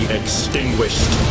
extinguished